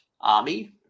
army